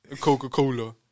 Coca-Cola